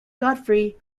godfrey